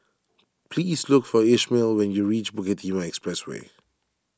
please look for Ishmael when you reach Bukit Timah Expressway